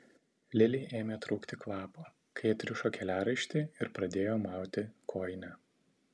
lilei ėmė trūkti kvapo kai atrišo keliaraištį ir pradėjo mauti kojinę